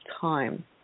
time